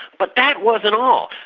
but that wasn't all.